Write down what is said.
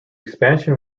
expansion